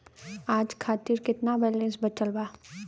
आज खातिर केतना बैलैंस बचल बा?